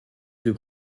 deux